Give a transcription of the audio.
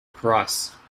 price